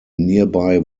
nearby